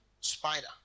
spider